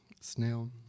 Snail